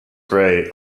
gray